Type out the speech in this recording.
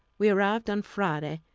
we arrived on friday,